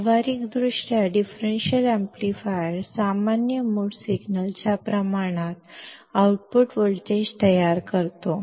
व्यावहारिकदृष्ट्या differential amplifier सामान्य mode सिग्नलच्या प्रमाणात आउटपुट व्होल्टेज तयार करतो